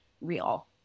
real